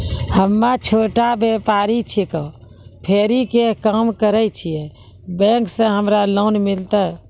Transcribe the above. हम्मे छोटा व्यपारी छिकौं, फेरी के काम करे छियै, बैंक से हमरा लोन मिलतै?